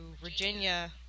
Virginia